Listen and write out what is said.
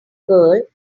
girl